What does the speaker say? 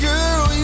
Girl